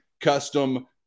custom